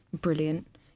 Brilliant